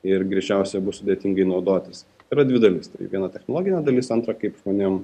ir greičiausiai bus sudėtingai naudotis yra dvi dalys viena technologinė dalis antra kaip žmonėm